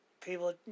people